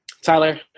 Tyler